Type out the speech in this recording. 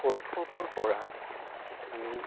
শৈশৱৰ পৰা আমি